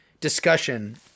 discussion